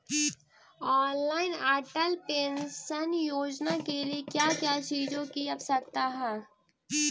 Online Atal pension Yojana के लिए क्या क्या चीजों की आवश्यकता है?